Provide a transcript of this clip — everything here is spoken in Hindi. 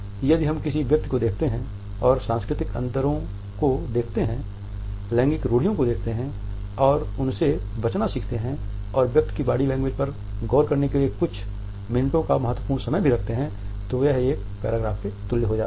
यदि हम किसी व्यक्ति को देखते हैं और सांस्कृतिक अंतरों को देखते हैं लैंगिक रूढ़ियों को देखते हैं और उनसे बचना सीखते हैं और व्यक्ति की बॉडी लैंग्वेज पर गौर करने के लिए कुछ मिनटों का महत्वपूर्ण समय भी रखते हैं तो यह एक पैराग्राफ के तुल्य हो जाता है